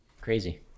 crazy